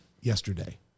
yesterday